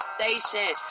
Station